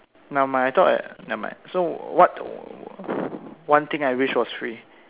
never mind I thought I never mind so what one thing I wish was free